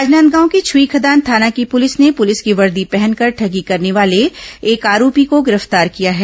राजनांदगांव की छुईखदान थाना की पुलिस ने पुलिस की वर्दी पहनकर ठगी करने वाले एक आरोपी को गिरफ्तार किया है